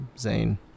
Zane